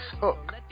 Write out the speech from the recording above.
hook